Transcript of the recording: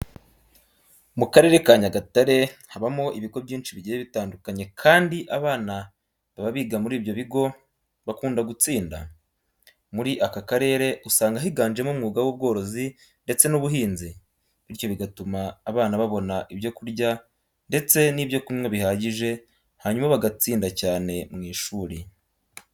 Mu karere ka Nyagatare habamo ibigo byinshi bigiye bitandukanye kandi abana baba biga muri ibyo bigo bakunda gutsinda. Muri aka karere usanga higanjemo umwuga w'ubworozi ndetse n'ubihinzi bityo bigatuma abana babona ibyo kurya ndetse n'ibyo kunywa bihagije hanyuma bagatsinda cyane mu ishuri.